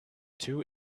two